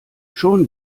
schon